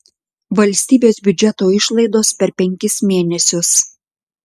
valstybės biudžeto išlaidos per penkis mėnesius